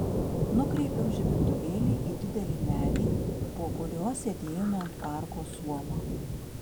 nukreipiau žibintuvėlį į didelį medį po kuriuo sėdėjome ant parko suolo